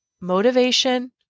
motivation